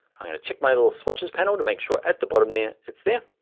i'm gonna check my little swatches panel to make sure at the bottom there, it's there.